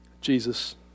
Jesus